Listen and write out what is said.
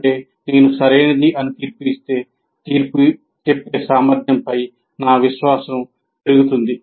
అంటే నేను సరైనది అని తీర్పు ఇస్తే తీర్పు చెప్పే సామర్థ్యంపై నా విశ్వాసం పెరుగుతుంది